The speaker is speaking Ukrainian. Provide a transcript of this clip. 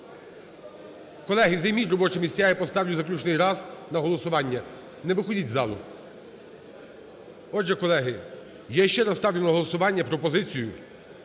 Колеги, займіть робочі місця, я поставлю заключний раз на голосування. Не виходіть із залу. Отже, колеги, я ще раз ставлю на голосування пропозицію,